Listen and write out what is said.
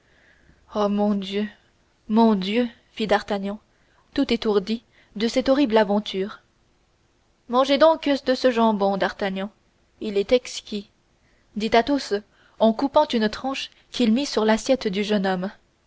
oh mon dieu mon dieu fit d'artagnan tout étourdi de cette horrible aventure mangez donc de ce jambon d'artagnan il est exquis dit athos en coupant une tranche qu'il mit sur l'assiette du jeune homme